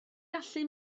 gallu